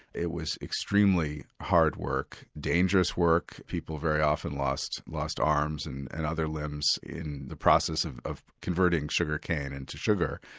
it was extremely hard work, dangerous work people very often lost lost arms and and other limbs in the process of of converting sugar cane into sugar.